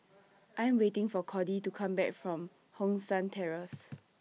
I'm waiting For Cordie to Come Back from Hong San Terrace